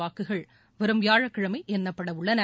வாக்குகள் வரும் வியாழக்கிழமை எண்ணப்பட உள்ளன